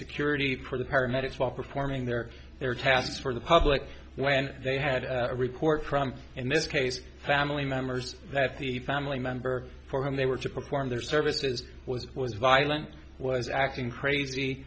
security for the paramedics while performing their their tasks for the public when they had a report from in this case family members that the family member for whom they were to perform their services was was violent was acting crazy